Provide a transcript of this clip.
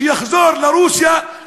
שיחזור לרוסיה,